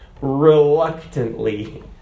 reluctantly